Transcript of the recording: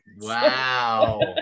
wow